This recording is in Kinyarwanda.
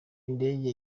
indege